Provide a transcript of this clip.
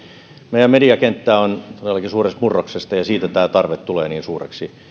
meidän mediakenttämme on todellakin suuressa murroksessa ja siitä tämä tarve tulee niin suureksi